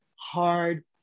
Hard